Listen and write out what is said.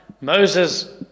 Moses